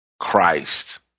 Christ